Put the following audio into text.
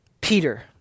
Peter